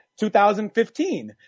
2015